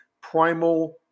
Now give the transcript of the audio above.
primal